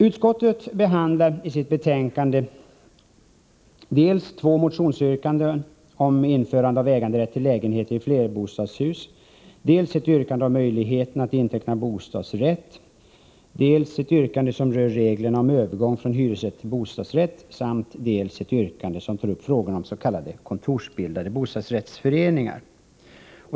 Utskottet behandlar i sitt betänkande dels två motionsyrkanden om införande av äganderätt till lägenheter i flerbostadshus, dels ett yrkande om möjlighet att inteckna bostadsrätt, dels ett yrkande som rör reglerna om övergång från hyresrätt till bostadsrätt samt dels ett yrkande som tar upp frågan oms.k. kontorsbildade bostadsrättsföreningar.